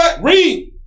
read